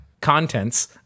contents